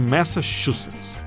Massachusetts